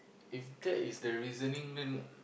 if that is the reasoning then